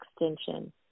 extension